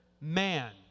man